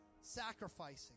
sacrificing